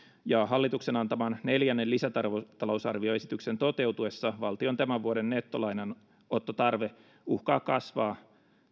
ja hallituksen antaman neljännen lisätalousarvioesityksen toteutuessa valtion tämän vuoden nettolainanottotarve uhkaa kasvaa